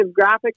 graphics